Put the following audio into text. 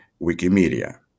Wikimedia